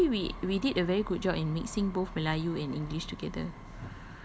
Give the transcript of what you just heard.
no actually we we did a very good job in mixing both melayu and english together